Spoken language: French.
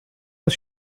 pas